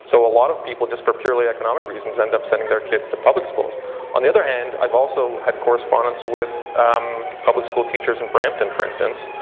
so a lot of people just for purely economic reasons end up sending their kids to public schools. jk on the other hand, i've also had correspondence with um public school teachers in brampton, for instance,